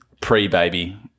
pre-baby